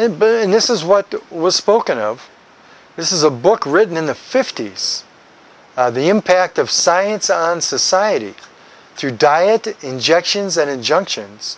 show and this is what was spoken of this is a book written in the fifty's the impact of science on society through diet injections and injunctions